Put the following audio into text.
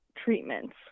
treatments